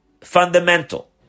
fundamental